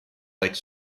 lake